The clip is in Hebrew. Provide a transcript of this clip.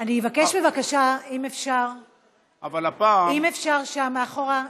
אני אבקש בבקשה, אם אפשר שם מאחורה שקט.